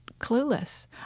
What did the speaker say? clueless